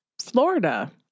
Florida